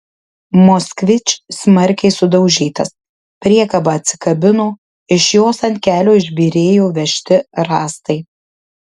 moskvič smarkiai sudaužytas priekaba atsikabino iš jos ant kelio išbyrėjo vežti rąstai